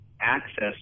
access